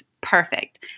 perfect